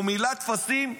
הוא מילא טפסים,